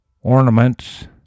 ornaments